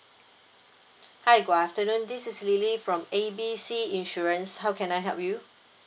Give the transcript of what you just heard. hi good afternoon this is lily from A B C insurance how can I help you